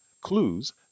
clues